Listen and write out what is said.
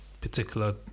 particular